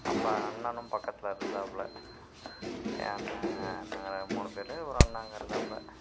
அப்போ அண்ணனும் பக்கத்தில் இருந்தாப்லை என் அண்ணன் அண்ணன் ஒரு மூணு பேர் ஒரு அண்ணன் அங்கே இருந்தாப்லை